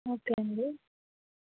okay అండి